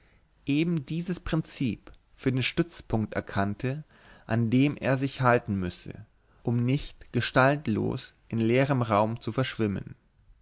eben dieses prinzip für den stützpunkt erkannte an den er sich halten müsse um nicht gestaltlos im leeren raum zu verschwimmen